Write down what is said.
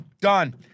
Done